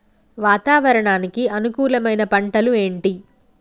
వాతావరణానికి అనుకూలమైన పంటలు ఏంటి?